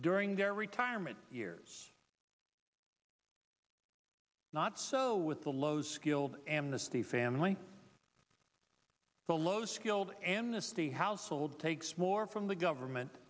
during their retirement years not so with the low skilled amnesty family the low skilled amnesty household takes more from the government